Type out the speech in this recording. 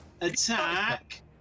attack